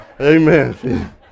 Amen